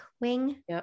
wing